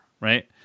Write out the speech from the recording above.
right